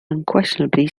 unquestionably